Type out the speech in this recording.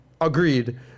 Agreed